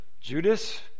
Judas